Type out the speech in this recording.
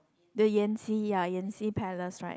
the Yan-Ji ya Yan-Ji Palace right